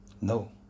No